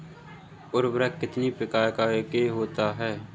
उर्वरक कितनी प्रकार के होता हैं?